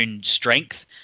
strength